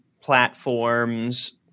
platforms